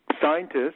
Scientists